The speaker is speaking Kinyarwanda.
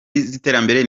z’iterambere